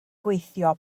gweithio